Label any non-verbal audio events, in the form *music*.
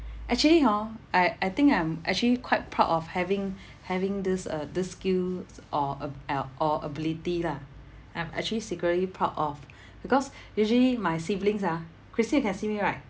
actually hor I I think I'm actually quite proud of having *breath* having this uh this skills or ab~ uh or ability lah I'm actually secretly proud of because usually my siblings ah christine can see me right